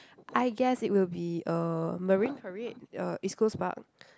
I guess it will be uh Marine-Parade uh East-Coast-Park